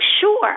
sure